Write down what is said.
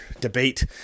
debate